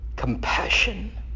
compassion